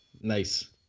Nice